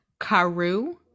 Karu